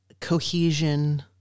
Cohesion